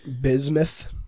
Bismuth